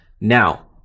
Now